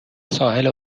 ساحل